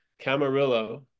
Camarillo